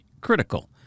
critical